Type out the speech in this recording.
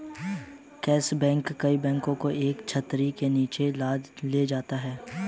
bankers bank कई बैंकों को एक छतरी के नीचे ले जाता है